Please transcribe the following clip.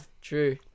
true